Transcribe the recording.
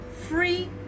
free